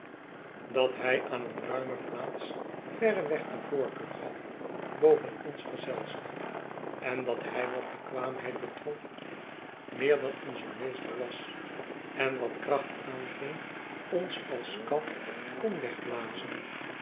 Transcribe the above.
dat hij aan eene ruime plaats veirreweg de voorkeur gaf boven ons gezelschap en dat hij wat bekwaamheid betrof meer dan onze meester was en wat kracht aanging ons als kaf kon wegbl